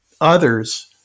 others